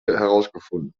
herausgefunden